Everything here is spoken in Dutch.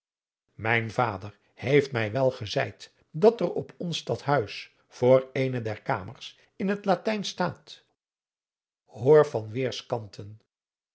mijn vader heeft mij wel gezeid dat er op ons stadhuis voor eene der kamers in het latijn staat hoor van weêrskanten